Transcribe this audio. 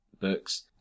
books